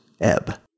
Ebb